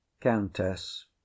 countess